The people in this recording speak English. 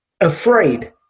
afraid